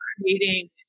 creating